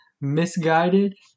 misguided